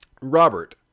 Robert